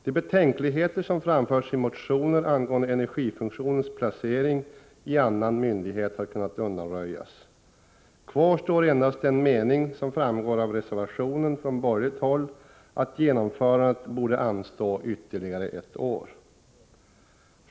De betänkligheter som har framförts i motioner angående energifunktionens placering i annan myndighet har kunnat undanröjas. Kvar står endast den mening som framgår av reservationen från borgerligt håll, nämligen att genomförandet borde anstå ytterligare ett år.